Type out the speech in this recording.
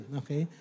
okay